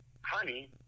Honey